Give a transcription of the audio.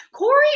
Corey